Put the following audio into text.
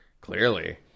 Clearly